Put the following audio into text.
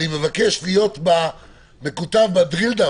אני מבקש להיות מכותב ב-drill down.